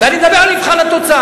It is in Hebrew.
ואני מדבר על מבחן התוצאה.